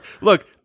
Look